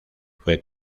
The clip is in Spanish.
fue